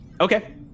Okay